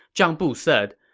zhang bu said,